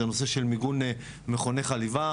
זה נושא של מיגון מכוני חליבה.